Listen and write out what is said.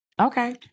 Okay